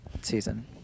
season